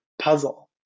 puzzle